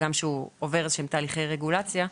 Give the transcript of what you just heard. הגם שהוא עובר תהליכי רגולציה.